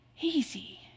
easy